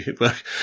work